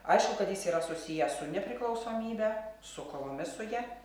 aišku kad jis yra susiję su nepriklausomybe su kovomis su ja